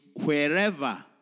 wherever